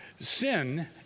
sin